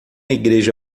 igreja